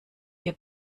ihr